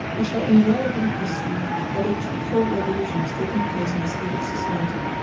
we shall invariably perceive that a twofold revolution has taken place in the state of society.